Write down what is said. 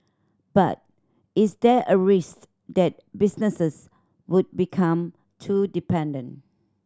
but is there a risk that businesses would become too dependent